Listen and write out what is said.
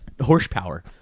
horsepower